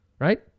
Right